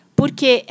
porque